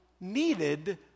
needed